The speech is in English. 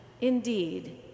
Indeed